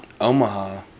Omaha